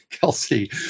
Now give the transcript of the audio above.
Kelsey